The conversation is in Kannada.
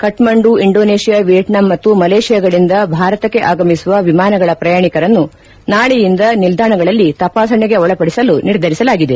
ಕಕ್ಕಂಡು ಇಂಡೋನೇಷಿಯಾ ವಿಯೆಟ್ನಾಂ ಮತ್ತು ಮಲೇಷಿಯಾಗಳಿಂದ ಭಾರತಕ್ಕೆ ಆಗಮಿಸುವ ವಿಮಾನಗಳ ಪ್ರಯಾಣಿಕರನ್ನು ನಾಳೆಯಿಂದ ನಿಲ್ದಾಣಗಳಲ್ಲಿ ತಪಾಸಣೆಗೆ ಒಳಪದಿಸಲು ನಿರ್ಧರಿಸಲಾಗಿದೆ